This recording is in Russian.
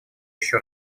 еще